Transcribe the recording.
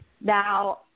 Now